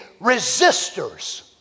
resistors